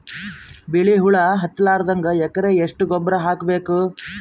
ಬಿಳಿ ಹುಳ ಹತ್ತಲಾರದಂಗ ಎಕರೆಗೆ ಎಷ್ಟು ಗೊಬ್ಬರ ಹಾಕ್ ಬೇಕು?